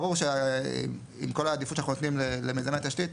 ברור שעם כל העדיפות שאנחנו נותנים למיזמי התשתית,